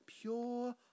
pure